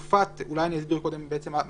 אסביר קודם מה נאמר.